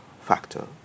factor